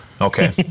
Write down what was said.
Okay